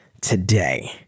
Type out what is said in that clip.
today